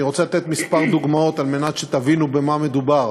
אני רוצה לתת כמה דוגמאות כדי שתבינו במה מדובר.